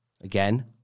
again